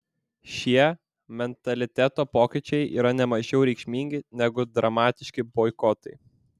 šie mentaliteto pokyčiai yra ne mažiau reikšmingi negu dramatiški boikotai